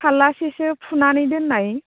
फाल्लासेसो फुनानै दोननाय